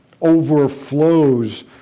overflows